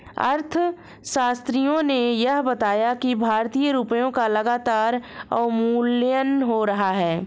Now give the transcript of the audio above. अर्थशास्त्रियों ने यह बताया कि भारतीय रुपयों का लगातार अवमूल्यन हो रहा है